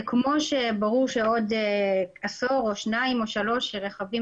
זה כמו שברור שבעוד עשור או שניים או שלושה רכבים